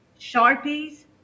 Sharpies